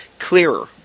clearer